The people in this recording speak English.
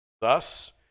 Thus